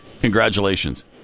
Congratulations